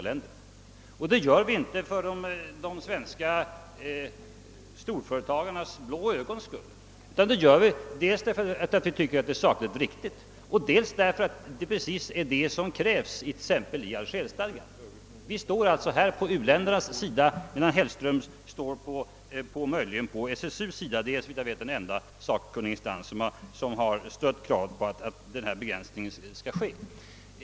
Vi kommer inte med dessa krav enbart för de svenska storföretagarnas blå ögons skull, utan vi gör det dels därför att vi finner det vara sakligt riktigt, dels därför att det är precis detta som krävs 1 t.ex. Algerstadgan. Vi står alltså här på u-ländernas sida. Herr Hellström står på SSU:s sida — såvitt jag vet den enda sakkunniginstans som stött kravet på en begränsning till de s.k. huvudmottagarländerna.